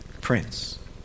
prince